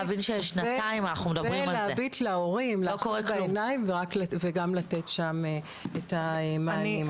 ולהביט להורים בעיניים וגם לתת שם את המענים.